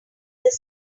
this